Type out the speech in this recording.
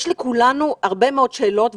יש לכולנו הרבה מאוד שאלות,